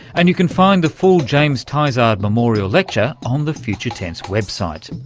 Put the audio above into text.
and you can find the full james tizard memorial lecture on the future tense website.